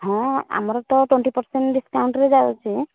ହଁ ଆମର ତ ଟ୍ୱେନଟି ପରସେଣ୍ଟ ଡିସକାଉଣ୍ଟରେ ଯାଉଛି